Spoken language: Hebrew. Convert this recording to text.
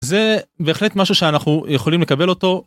זה בהחלט משהו שאנחנו יכולים לקבל אותו.